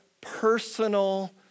personal